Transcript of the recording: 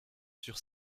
sur